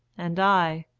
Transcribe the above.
and i,